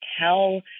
tell